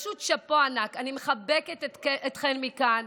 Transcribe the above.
אני מחבקת אתכן מכאן.